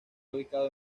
ubicado